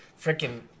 freaking